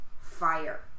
Fire